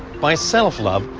by self-love,